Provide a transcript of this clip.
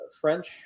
French